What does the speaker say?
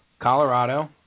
Colorado